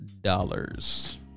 dollars